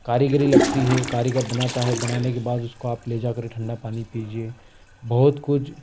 कारीगरी लगती है कारीगर बनाता है बनाने के बाद उसको आप ले जाकर ठण्डा पानी पीजिए बहुत कुछ